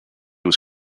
was